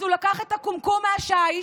אז הוא לקח את הקומקום מהשיש,